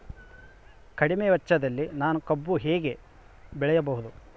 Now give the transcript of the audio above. ಕಡಿಮೆ ವೆಚ್ಚದಲ್ಲಿ ನಾನು ಕಬ್ಬು ಹೇಗೆ ಬೆಳೆಯಬಹುದು?